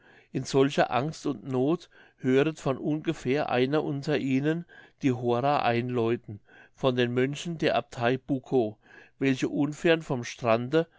in solcher angst und noth höret von ungefähr einer unter ihnen die hora einläuten von den mönchen der abtei bukow welche unfern vom strande